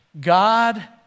God